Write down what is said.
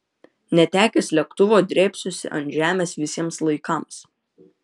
netekęs lėktuvo drėbsiuosi ant žemės visiems laikams